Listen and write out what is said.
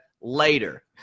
later